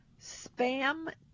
Spam